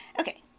Okay